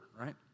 right